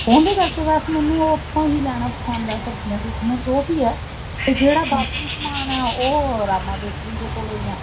ਉਹਦੇ ਕਰਕੇ ਬਸ ਮੈਨੂੰ ਉਹ ਉਥੋਂ ਹੀ ਲੈਣਾ ਪਸੰਦ ਆ ਸਬਜ਼ੀਆਂ ਸੁਬਜ਼ੀਆਂ ਜੋ ਵੀ ਆ ਅਤੇ ਜਿਹੜਾ ਬਾਕੀ ਸਮਾਨ ਆ ਉਹ ਰਾਮਾ ਬੇਕਰੀ ਦੇ ਕੋਲੋਂ ਹੀ ਆ